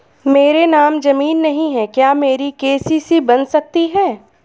मेरे नाम ज़मीन नहीं है क्या मेरी के.सी.सी बन सकती है?